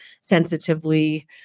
sensitively